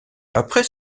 après